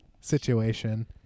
situation